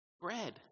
bread